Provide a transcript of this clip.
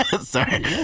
Sorry